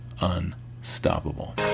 unstoppable